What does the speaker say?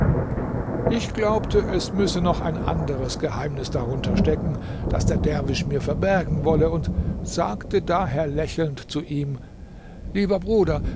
ich glaubte es müsse noch ein anderes geheimnis darunter stecken das der derwisch mir verbergen wolle und sagte daher lächelnd zu ihm lieber bruder